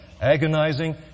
agonizing